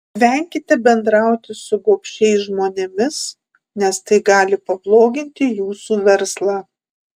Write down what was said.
venkite bendrauti su gobšiais žmonėmis nes tai gali pabloginti jūsų verslą